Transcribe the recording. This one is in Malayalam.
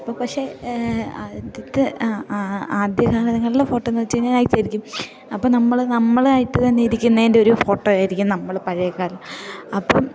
ഇപ്പം പക്ഷേ ആദ്യത്തെ ആദ്യ കാലങ്ങളിൽ ഫോട്ടോയെന്നു വെച്ചു കഴിഞ്ഞാൽ ശരിക്കും അപ്പം നമ്മൾ നമ്മളായിട്ട് തന്നെ ഇരിക്കുന്നതിൻ്റെ ഒരു ഫോട്ടോ ആയിരിക്കും നമ്മൾ പഴയക്കാലം അപ്പം